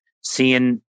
seeing